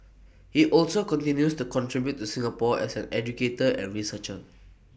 he also continues to contribute to Singapore as an educator and researcher